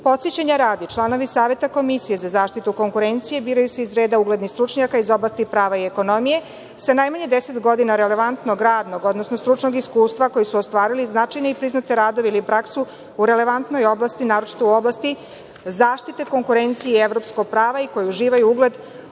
Podsećanja radi, članovi Saveta komisije za zaštitu konkurencije, biraju se iz reda uglednih stručnjaka iz oblasti prava i ekonomije, sa najmanje 10 godina relevantnog radnog, odnosno stručnog iskustva, koji su ostvarili značajne i priznate radove ili praksu u relevantnoj oblasti, naročito u oblasti zaštite konkurencije i evropskog prava i koji uživaju ugled